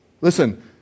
Listen